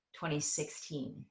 2016